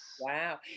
Wow